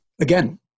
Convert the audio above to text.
again